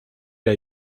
era